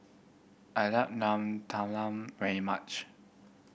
I like nam talam very much